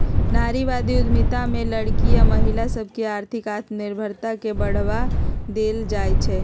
नारीवाद उद्यमिता में लइरकि आऽ महिला सभके आर्थिक आत्मनिर्भरता के बढ़वा देल जाइ छइ